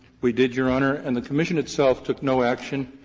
we did, your honor, and the commission itself took no action.